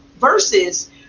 versus